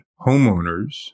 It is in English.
homeowners